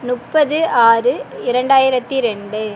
முப்பது ஆறு இரண்டாயிரத்தி ரெண்டு